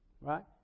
Right